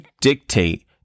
dictate